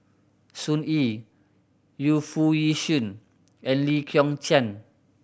Sun Yee Yu Foo Yee Shoon and Lee Kong Chian